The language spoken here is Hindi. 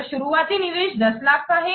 तो शुरुआती निवेश 1000000 का है